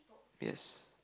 yes